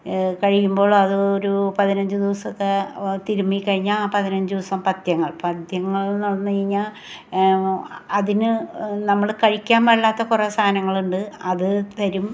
കഴിയുമ്പോളത് ഒരൂ പതിനഞ്ച് ദിവസത്തെ തിരുമ്മി കഴിഞ്ഞാൽ ആ പതിനഞ്ച് ദിവസം പഥ്യങ്ങൾ പഥ്യങ്ങളെന്ന് പറഞ്ഞ് കഴിഞ്ഞാൽ അതിന് നമ്മള് കഴിക്കാൻ പാടില്ലാത്ത കുറെ സാധനങ്ങളുണ്ട് അത് തരും